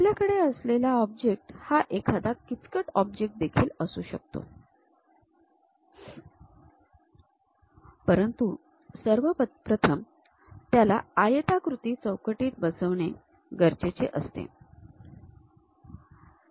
आपल्याकडे असलेला ऑब्जेक्ट हा एखादा किचकट ऑब्जेक्ट देखील असू शकतो परंतू सर्वप्रथम त्याला आयताकृती चौकटीत बसवणे गरजेचे असते